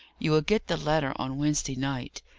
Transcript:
you will get the letter on wednesday night.